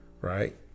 right